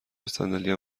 صندلیم